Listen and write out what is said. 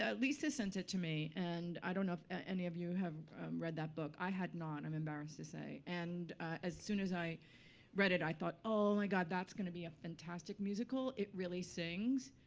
ah lisa sent it to me, and i don't know if any of you have read that book. i had not, i'm embarrassed to say. and as soon as i read it, i thought, oh my god, that's going to be a fantastic musical. it really sings.